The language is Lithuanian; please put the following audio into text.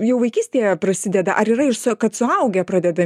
jau vaikystėje prasideda ar yra ir su kad suaugę pradeda